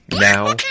now